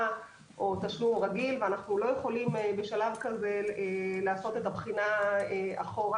או תשלום רגיל ואנחנו לא יכולים בשלב כזה לעשות את הבחינה אחורה.